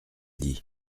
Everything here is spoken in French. dit